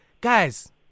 Guys